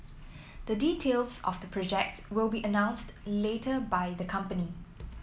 the details of the project will be announced later by the company